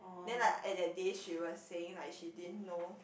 then like at that day she was saying like she didn't know